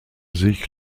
sich